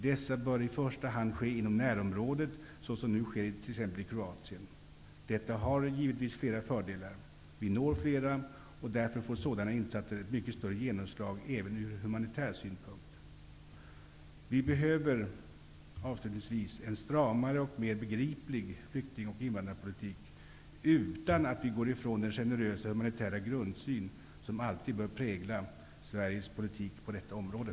Dessa bör i första hand ske inom närom rådet, såsom nu sker i t.ex. Kroatien. Detta har flera fördelar. Vi når flera, och därför får sådana insatser ett mycket större genomslag även ur hu manitär synpunkt. Vi behöver en stramare och mer begriplig flyk tingoch invandrarpolitik utan att vi går ifrån den generösa och humanitära grundsyn som alltid bör prägla Sveriges politik på detta område.